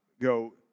go –